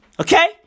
Okay